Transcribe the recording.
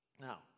Now